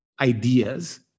ideas